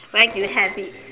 where did you have it